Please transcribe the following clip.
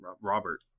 Robert